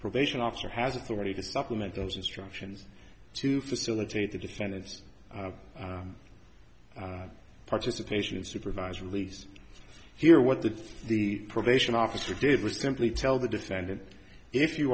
probation officer has authority to supplement those instructions to facilitate the defendant's participation in supervised release here what the the probation officer did was simply tell the defendant if you